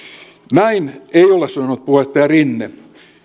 näin ei ole sanonut puheenjohtaja rinne